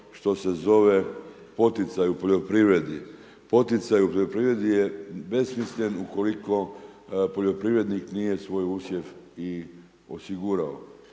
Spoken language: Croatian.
što se zove poticaj u poljoprivredi. Poticaj u poljoprivredi je besmislen ukoliko poljoprivrednik nije svoj usjev i osigurao.